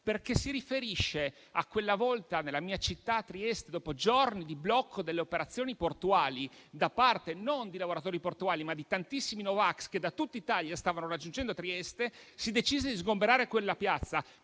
riferisce, infatti, a quella volta in cui, nella mia città, Trieste, dopo giorni di blocco delle operazioni portuali da parte, non di lavoratori portuali, ma di tantissimi no vax che da tutta Italia stavano raggiungendo Trieste, si decise di sgomberare quella piazza.